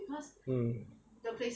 mm